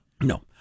No